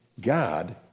God